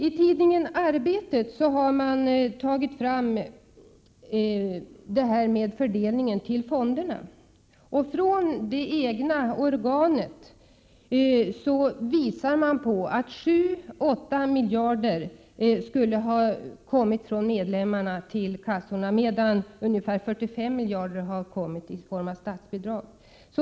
Itidningen Arbetet har man tagit upp frågan om fördelningen av fonderna. Socialdemokraternas eget organ visar på att 7-8 miljarder kronor skulle ha kommit från medlemmarna till kassorna, medan ungefär 45 miljarder kronor har kommit i form av statsbidrag.